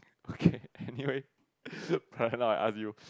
okay I knew it right now I ask you